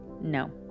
No